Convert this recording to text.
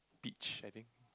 peach I think